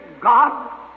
God